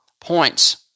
points